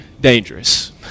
dangerous